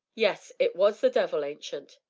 yes, it was the devil, ancient.